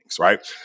right